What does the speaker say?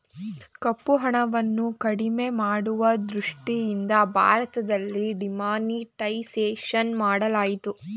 ಕಪ್ಪುಹಣವನ್ನು ಕಡಿಮೆ ಮಾಡುವ ದೃಷ್ಟಿಯಿಂದ ಭಾರತದಲ್ಲಿ ಡಿಮಾನಿಟೈಸೇಷನ್ ಮಾಡಲಾಯಿತು